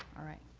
all right.